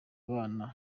abana